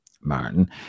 Martin